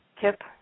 Kip